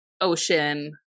ocean